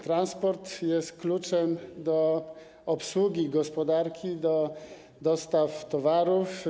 Transport jest kluczem do obsługi gospodarki, do dostaw towarów.